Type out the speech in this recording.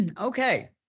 Okay